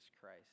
Christ